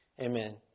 Amen